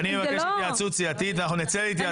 אז אני מבקש התייעצות סיעתית ואנחנו נצא להתייעצות סיעתית.